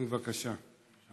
בבקשה.